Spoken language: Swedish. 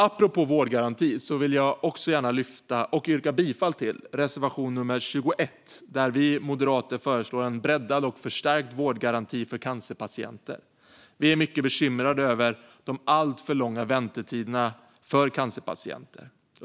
Apropå vårdgarantin vill jag gärna lyfta fram, och yrka bifall till, reservation nummer 21, där vi moderater föreslår en breddad och förstärkt vårdgaranti för cancerpatienter. Vi är mycket bekymrade över de alltför långa väntetiderna för cancerpatienter.